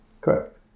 correct